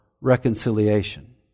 reconciliation